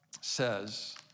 says